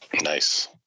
Nice